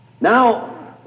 Now